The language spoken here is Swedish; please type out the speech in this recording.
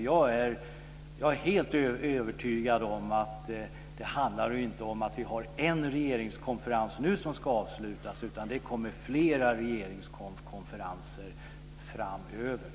Jag här helt övertygad om att det inte handlar om en regeringskonferens som nu ska avslutas, utan det kommer flera regeringskonferenser framöver.